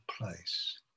place